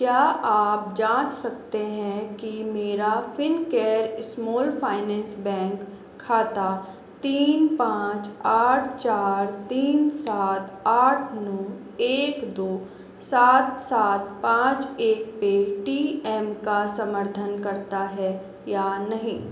क्या आप जाँच सकते हैं कि मेरा फ़िनकेयर स्माल फाइनेंस बैंक खाता तीन पाँच आठ चार तीन सात आठ नौ एक दो सात सात पाँच एक पेटीएम का समर्थन करता है या नहीं